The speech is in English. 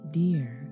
dear